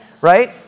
right